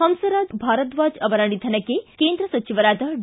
ಹಂಸರಾಜ್ ಭಾರದ್ವಾಜ್ ಅವರ ನಿಧನಕ್ಕೆ ಕೇಂದ್ರ ಸಚಿವರಾದ ಡಿ